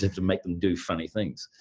to make them do funny things.